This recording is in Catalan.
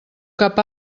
cap